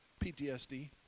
PTSD